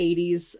80s